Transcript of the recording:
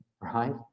right